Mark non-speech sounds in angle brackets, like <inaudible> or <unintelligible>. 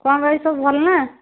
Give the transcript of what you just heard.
କ'ଣ <unintelligible> ସବୁ ଭଲ ନା